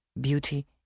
beauty